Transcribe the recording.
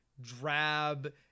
drab